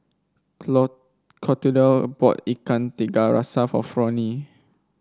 Clotilde bought Ikan Tiga Rasa for Fronie